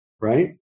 right